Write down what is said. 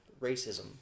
racism